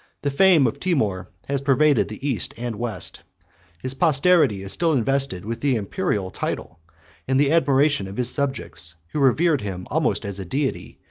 the fame of timour has pervaded the east and west his posterity is still invested with the imperial title and the admiration of his subjects, who revered him almost as a deity,